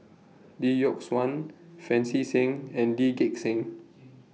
Lee Yock Suan Pancy Seng and Lee Gek Seng